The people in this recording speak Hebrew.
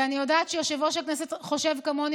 ואני יודעת שיושב-ראש הכנסת חושב כמוני.